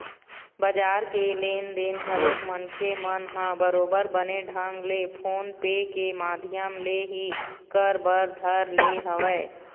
बजार के लेन देन घलोक मनखे मन ह बरोबर बने ढंग ले फोन पे के माधियम ले ही कर बर धर ले हवय